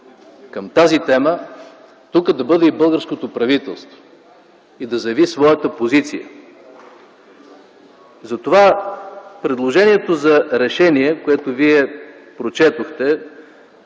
към тази тема, тук, да бъде и българското правителство и да заяви своята позиция. Затова предложението за решение, което Вие прочетохте